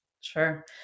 Sure